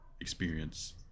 experience